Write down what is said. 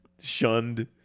shunned